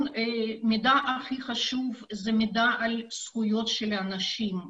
הכי חשוב זה מידע על זכויות של אנשים,